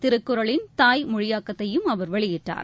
திருக்குறளின் தாய் மொழியாக்கத்தையும் அவர் வெளியிட்டார்